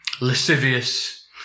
lascivious